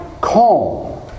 calm